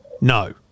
no